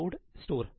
load store